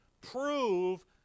prove